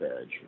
edge